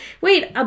Wait